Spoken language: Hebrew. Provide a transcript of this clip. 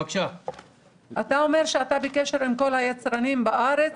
אתה אומר שאתה בקשר עם כל היצרנים בארץ